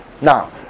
now